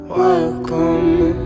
welcome